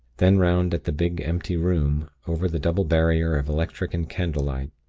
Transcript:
then round at the big, empty room, over the double barrier of electric and candle light.